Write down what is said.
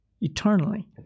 eternally